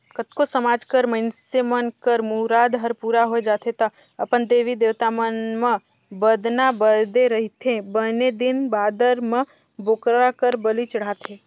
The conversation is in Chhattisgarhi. कतको समाज कर मइनसे मन कर मुराद हर पूरा होय जाथे त अपन देवी देवता मन म बदना बदे रहिथे बने दिन बादर म बोकरा कर बली चढ़ाथे